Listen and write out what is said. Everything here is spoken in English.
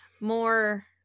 more